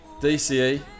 DCE